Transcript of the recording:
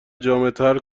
جامعتر